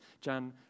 Jan